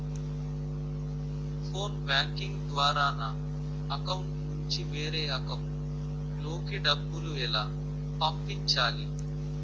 Phone banking ద్వారా నా account నుంచి వేరే అకౌంట్ లోకి డబ్బులు ఎలా పంపించాలి?